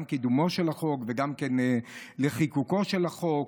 גם לקידומו של החוק וגם לחקיקתו של החוק.